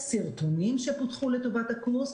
סרטונים שפותחו לטובת הקורס,